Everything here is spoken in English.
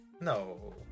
no